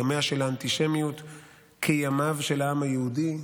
ימיה של האנטישמיות כימיו של העם היהודי,